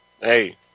hey